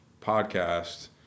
podcast